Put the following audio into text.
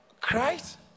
Christ